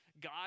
God